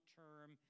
term